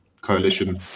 coalition